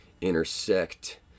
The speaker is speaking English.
intersect